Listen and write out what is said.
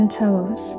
toes